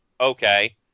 okay